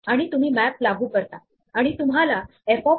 म्हणून आपण म्हणतो की रंग हे आर्ग्युमेंट नसलेल्या सेट बरोबर आहेत